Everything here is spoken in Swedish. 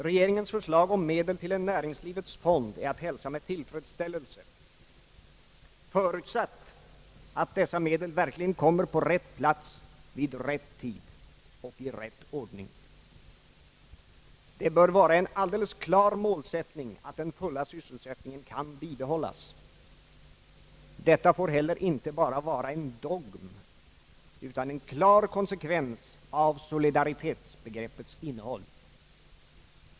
Regeringens förslag om medel till en näringslivets fond är att hälsa med tillfredsställelse, förutsatt att dessa medel verkligen kommer på rätt plats, vid rätt tid och i rätt ordning. Det bör vara en alldeles klar målsättning att se till att den fulla sysselsättningen kan bibehållas. Detta får heller inte vara en dogm utan en klar konsekvens av solidaritetsbegreppets innehåll.